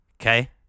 okay